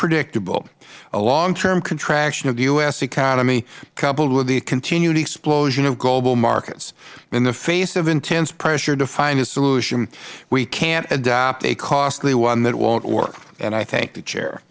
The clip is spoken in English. predictable a long term contraction of the u s economy coupled with the continued explosion of global markets in the face of intense pressure to find a solution we can't adopt a costly one that won't work and i thank the chair